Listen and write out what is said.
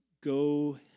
go